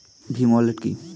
Bhim wallet কি?